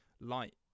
light